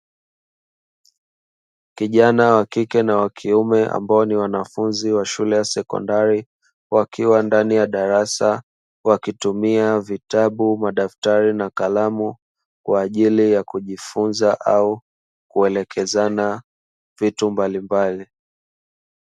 Kijana wa kike na kiume ambao ni wanafunzi wa shule ya sekondari wakiwa ndani ya darasa wakitumia vitabu, madaftari na kalamu; kwa ajili yakujifunza au kuelekezana vitu mbalimbali.